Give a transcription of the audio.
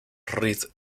red